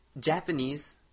Japanese